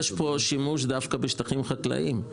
יש פה שימוש דווקא בשטחים חקלאיים,